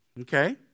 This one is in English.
Okay